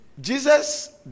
Jesus